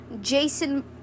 Jason